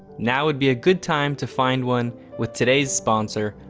now would be a good time to find one with today's sponsor,